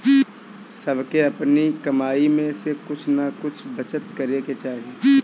सबके अपनी कमाई में से कुछ नअ कुछ बचत करे के चाही